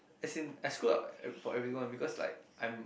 as in I screw up for everyone because like I'm